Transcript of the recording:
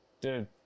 Dude